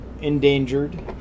endangered